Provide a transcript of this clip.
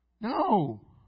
No